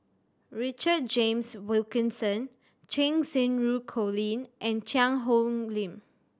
Richard James Wilkinson Cheng Xinru Colin and Cheang Hong Lim